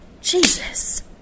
Jesus